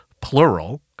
Plural